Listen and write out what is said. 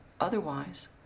otherwise